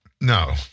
No